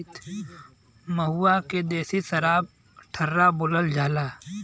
महुआ के सराब के देसी ठर्रा बोलल जाला